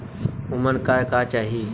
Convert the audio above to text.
उमन का का चाही?